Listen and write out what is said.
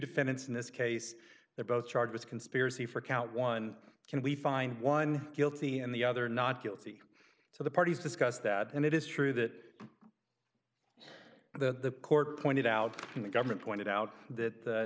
defendants in this case they're both charged with conspiracy for count one can we find one guilty and the other not guilty so the parties discuss that and it is true that the court pointed out and the government pointed out that